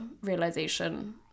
realization